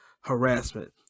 harassment